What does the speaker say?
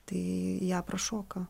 tai ją prašoka